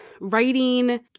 writing